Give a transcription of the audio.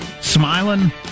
smiling